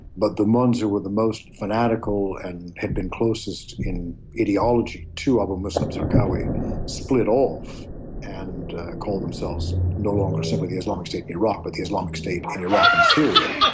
but the ones who were the most fanatical and had been closest in ideology to abu musab al-zarqawi split off and called themselves no longer simply the islamic state in the iraq but the islamic state in iraq and syria.